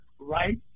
right